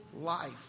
life